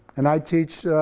and i teach,